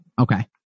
okay